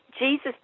Jesus